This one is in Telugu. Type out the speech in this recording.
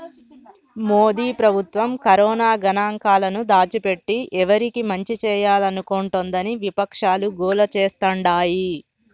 మోదీ ప్రభుత్వం కరోనా గణాంకాలను దాచిపెట్టి ఎవరికి మంచి చేయాలనుకుంటోందని విపక్షాలు గోల చేస్తాండాయి